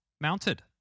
mounted